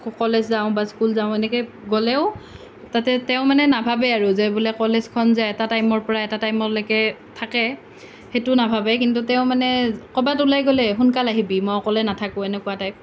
college যাওঁ বা school যাওঁ এনেকৈ গ'লেও তাতে তেওঁ মানে নাভাবে আৰু যে বোলে কলেজখন যে এটা টাইমৰ পৰা এটা টাইমলৈকে থাকে সেইটো নাভাবে কিন্তু তেওঁ মানে ক'ৰবাত ওলাই গ'লে সোনকালে আহিবি মই অকলে নাথাকো এনেকুৱা টাইপ